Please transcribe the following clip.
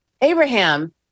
Abraham